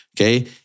okay